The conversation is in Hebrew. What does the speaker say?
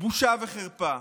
בושה וחרפה.